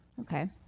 Okay